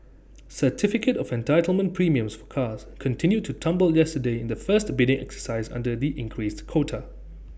certificate of entitlement premiums for cars continued to tumble yesterday in the first bidding exercise under the increased quota